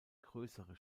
größere